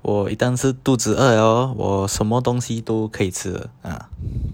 我一旦是肚子饿了 oh 我什么东西都可以吃的 ha